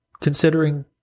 considering